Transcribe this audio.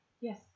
Yes